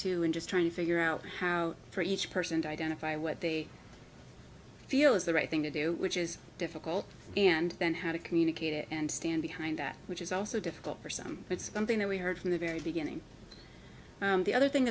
too in just trying to figure out how for each person to identify what they feel is the right thing to do which is difficult and then how to communicate it and stand behind that which is also difficult for some it's something that we heard from the very beginning the other thing